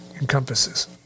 encompasses